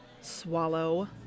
swallow